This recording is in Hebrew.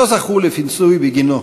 לא זכו לפיצוי בגינו.